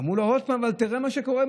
ואמרו עוד פעם: אבל תראה מה שקורה,